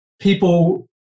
people